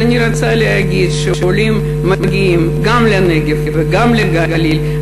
אז אני רוצה להגיד שעולים מגיעים גם לנגב וגם לגליל,